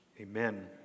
Amen